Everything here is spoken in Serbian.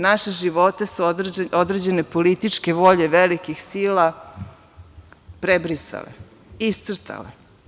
Naše živote su određene političke volje velikih sila prebrisale, iscrtale.